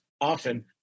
often